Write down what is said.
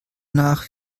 nach